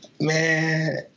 Man